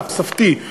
תוספתי,